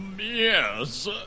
Yes